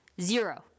zero